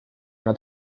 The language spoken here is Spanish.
una